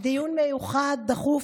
מחר דיון מיוחד, דחוף,